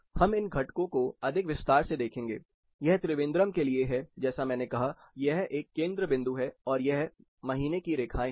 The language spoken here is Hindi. हम इन घटकों को अधिक विस्तार से देखेंगे यह त्रिवेंद्रम के लिए हैजैसा मैंने कहा यह एक केंद्र बिंदु है और ये महीने की रेखाएं हैं